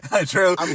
True